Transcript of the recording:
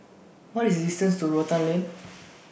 What IS The distance to Rotan Lane